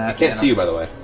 ah can't see you, by the way.